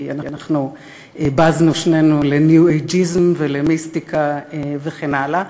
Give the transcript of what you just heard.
כי בזנו שנינו לניו-אייג'יזם ולמיסטיקה וכן הלאה,